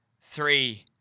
three